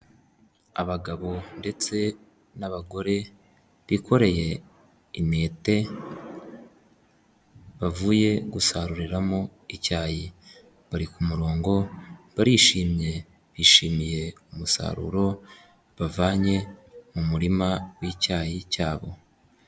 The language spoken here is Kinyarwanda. Abagabo ndetse n'abagore bikoreye intete bavuye gusaruriramo icyayi, bari ku murongo barishimye bishimiye umusaruro bavanye mu murima w'icyayi cyabo.